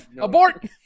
Abort